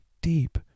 deep